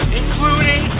including